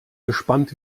gespannt